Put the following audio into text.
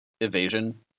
evasion